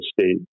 State